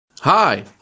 Hi